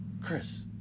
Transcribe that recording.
Chris